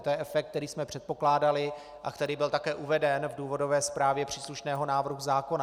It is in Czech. To je efekt, který jsme předpokládali a který byl také uveden v důvodové zprávě příslušného návrhu zákona.